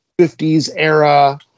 50s-era